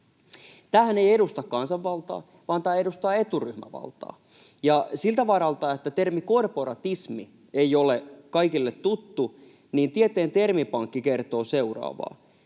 Tämähän ei edusta kansanvaltaa, vaan tämä edustaa eturyhmävaltaa. Ja siltä varalta, että termi ”korporatismi” ei ole kaikille tuttu, Tieteen termipankki kertoo seuraavaa: